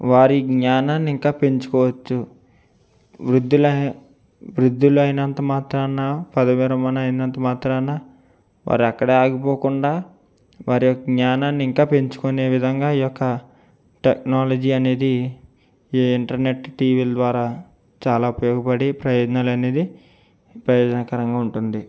వారి జ్ఞానాన్ని ఇంకా పెంచుకోవచ్చు వృద్ధుల వృద్ధులు అయినంత మాత్రాన పదవి విరమణ అయినంత మాత్రాన వారు అక్కడే ఆగిపోకుండా వారి యొక్క జ్ఞానాన్ని ఇంకా పెంచుకునే విధంగా ఈ యొక టెక్నాలజీ అనేది ఈ ఇంటర్నెట్ టీవీల ద్వారా చాలా ఉపయోగపడి ప్రయోజనాలు అనేది ప్రయోజనకరంగా ఉంటుంది